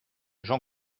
jean